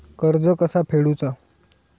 कर्ज कसा फेडुचा?